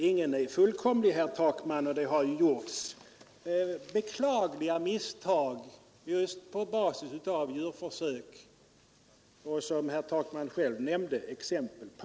Ingen är ju fullkomlig, herr Takman, och det har ju gjorts beklagliga misstag just i fråga om djurförsök, något som herr Takman själv nämnde exempel på.